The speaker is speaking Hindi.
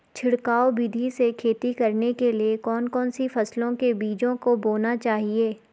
छिड़काव विधि से खेती करने के लिए कौन कौन सी फसलों के बीजों को बोना चाहिए?